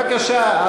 בבקשה.